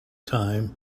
time